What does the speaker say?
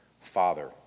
father